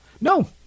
No